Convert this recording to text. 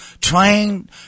trying